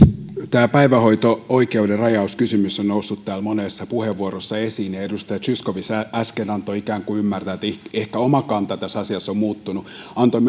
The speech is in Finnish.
päivähoito oikeuden rajauskysymys on noussut täällä monessa puheenvuorossa esiin ja ja edustaja zyskowicz äsken antoi ikään kuin ymmärtää että ehkä oma kanta tässä asiassa on muuttunut antoi